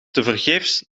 tevergeefs